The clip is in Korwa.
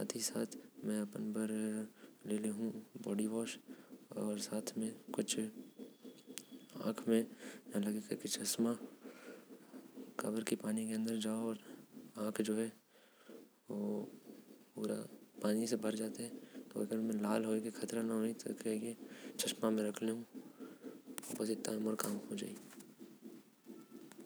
ए सब से मोर काम हो जाहि।